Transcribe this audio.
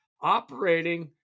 operating